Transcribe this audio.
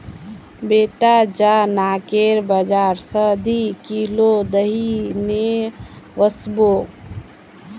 बेटा जा नाकेर बाजार स दी किलो दही ने वसबो